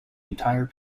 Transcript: entire